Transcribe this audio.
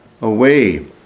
away